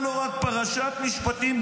"פרשת משפטים,